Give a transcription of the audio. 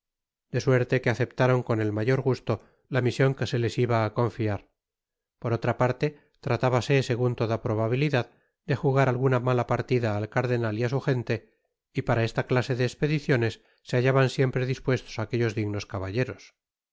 de suerte que aceptaron con el mayor gusto la mision que se les iba á confiar por o tra parte tratábase segun toda probabilidad de jugar alguna mala partida al cardenal y á su gente y para esta clase de expediciones se hallaban siempre dispuestos aquellos dignos caballeros